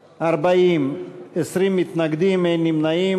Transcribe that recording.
40, 20 מתנגדים, אין נמנעים.